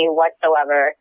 whatsoever